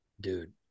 dude